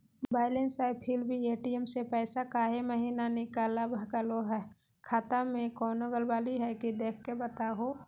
Balance है फिर भी भी ए.टी.एम से पैसा काहे महिना निकलब करो है, खाता में कोनो गड़बड़ी है की देख के बताहों?